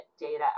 data